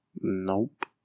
Nope